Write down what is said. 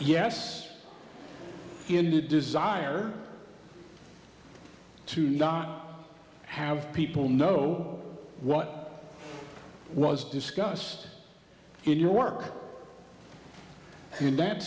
yes indeed desire to not have people know what was discussed in your work in that